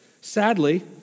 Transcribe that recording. Sadly